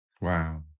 Wow